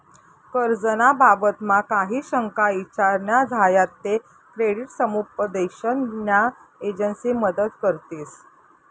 कर्ज ना बाबतमा काही शंका ईचार न्या झायात ते क्रेडिट समुपदेशन न्या एजंसी मदत करतीस